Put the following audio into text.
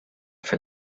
for